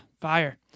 fire